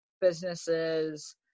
businesses